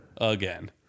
Again